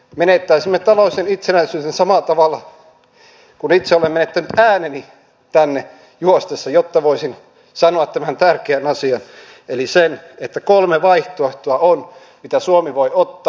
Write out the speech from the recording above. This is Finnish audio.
menettäisimme taloudellisen itsenäisyyden samalla tavalla kuin itse olen menettänyt ääneni tänne juostessani jotta voisin sanoa tämän tärkeän asian eli sen että on kolme vaihtoehtoa mitkä suomi voi ottaa